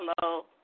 Hello